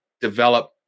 develop